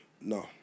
no